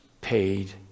paid